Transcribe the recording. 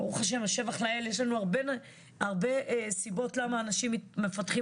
והשבח לאל יש לנו הרבה סיבות למה אנשים מפתחים